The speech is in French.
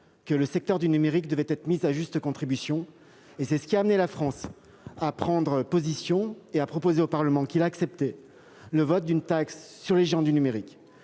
que le secteur du numérique devait être mis à juste contribution. C'est d'ailleurs ce qui a amené la France à prendre position et à proposer au Parlement, qui l'a accepté, le vote d'une taxe sur les géants du numérique.